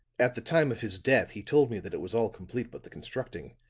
at the time of his death he told me that it was all complete but the constructing,